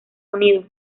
unidos